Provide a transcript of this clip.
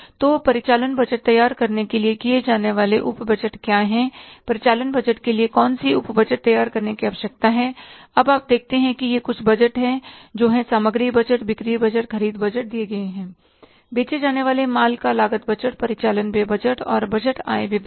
तो परिचालन बजट तैयार करने के लिए किए जाने वाले उप बजट क्या हैं परिचालन बजट के लिए कौन से उप बजट तैयार करने की क्या आवश्यकता है अब आप देखते हैं कि ये कुछ बजट हैं जो हैं सामग्री बजट बिक्री बजट ख़रीद बजट दिए गए हैं बेचे जाने वाले माल का लागत बजट परिचालन व्यय बजट और बजट आय विवरण